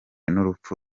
n’urupfu